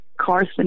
Carson